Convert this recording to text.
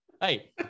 Hey